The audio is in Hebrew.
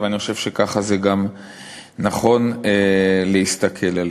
ואני חושב שככה זה גם נכון להסתכל עליהם.